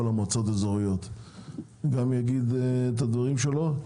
המועצות האזוריות גם יגיד את הדברים שלו,